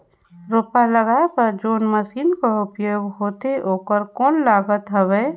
रोपा लगाय बर जोन मशीन कर उपयोग होथे ओकर कौन लागत हवय?